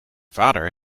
vader